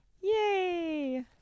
Yay